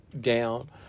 down